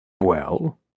Well